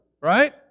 right